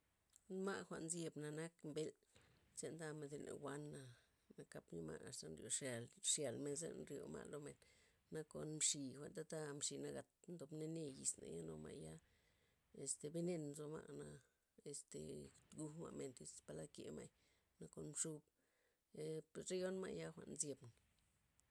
Ma' jwa'n nzyebna' nak mbel', chen ndamen zyn len wana', nakap nya ma' asta nryo xyal men za nryo ma' lomen, nakon mxi' jwa'n tata mxi' nagat ndob nane' yisna' nu ma'ya este benen nzo ma', na este ngujma' men iz palad kemay, na kon xub per reyon ma' jwa'na nzyebna'.